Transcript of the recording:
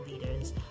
leaders